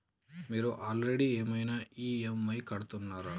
మీరు ఆల్రెడీ ఏమైనా ఈ.ఎమ్.ఐ కడుతున్నారా?